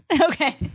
okay